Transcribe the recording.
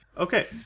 Okay